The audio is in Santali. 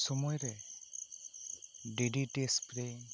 ᱥᱚᱢᱚᱭ ᱨᱮ ᱰᱤ ᱰᱤ ᱴᱤ ᱮᱥᱯᱮᱨᱮ